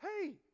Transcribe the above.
hey